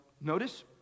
notice